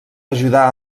ajudà